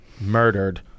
murdered